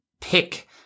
pick